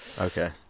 okay